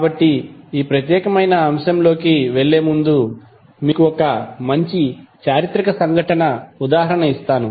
కాబట్టి ఈ ప్రత్యేకమైన అంశంలోకి వెళ్ళే ముందు మీకు ఒక మంచి చారిత్రక సంఘటన ఉదాహరణ ఇస్తాను